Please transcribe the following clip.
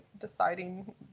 deciding